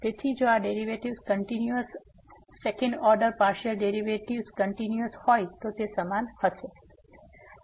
તેથી જો આ derivatives continuous second order partial derivatives continuous હોય તો તે સમાન હશે